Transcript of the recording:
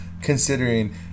Considering